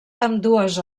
ambdues